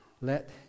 Let